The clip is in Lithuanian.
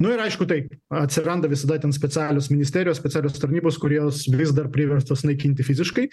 nu ir aišku tai atsiranda visada ten specialios ministerijos specialiosios tarnybos kurios vis dar priverstos naikinti fiziškai